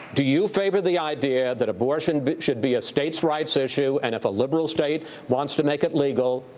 do you favor the idea that abortion but should be a states' rights issue and if a liberal state wants to make it legal,